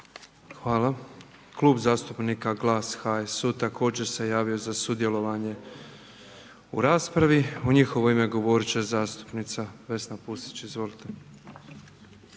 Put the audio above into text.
hvala. Klub zastupnika Glas-HSU također se javio za završnu riječ, u njihov ime govorit će zastupnik Silvano Hrelja, izvolite.